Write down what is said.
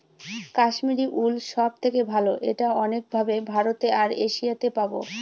Kashmiri wool সব থেকে ভালো এটা অনেক ভাবে ভারতে আর এশিয়াতে পাবো